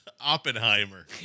Oppenheimer